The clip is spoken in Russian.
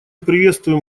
приветствуем